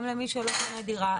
גם למי שלא קונה דירה.